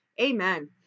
amen